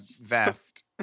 Vest